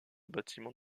bâtiment